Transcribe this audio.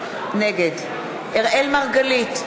נגד אראל מרגלית,